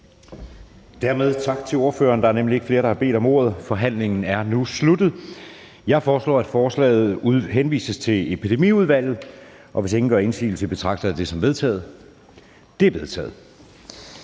Dermed tak til ordføreren. Der er ikke flere, der har bedt om ordet. Forhandlingen er nu sluttet. Jeg foreslår, at forslaget til folketingsbeslutning henvises til Epidemiudvalget, og hvis ingen gør indsigelse, betragter jeg det som vedtaget. Det er vedtaget.